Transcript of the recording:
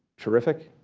terrific.